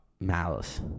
malice